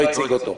לא הציג אותו,